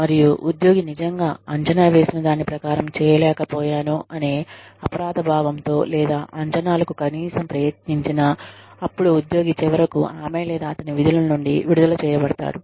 మరియు ఉద్యోగి నిజంగా అంచనా వేసిన దాని ప్రకారం చేయలేకపోయాను అనే అపరాధ భావం తో లేదా అంచనాలకు కనీసం ప్రయత్నించినా అప్పుడు ఉద్యోగి చివరకు ఆమె లేదా అతని విధుల నుండి విడుదల చేయబడతారు